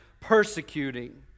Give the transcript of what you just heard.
persecuting